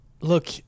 Look